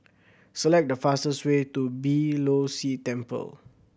select the fastest way to Beeh Low See Temple